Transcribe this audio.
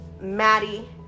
Maddie